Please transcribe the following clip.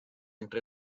entre